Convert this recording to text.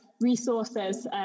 resources